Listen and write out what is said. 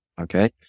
Okay